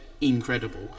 incredible